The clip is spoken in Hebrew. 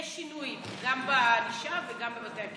יש שינוי גם בענישה וגם בבתי הכלא.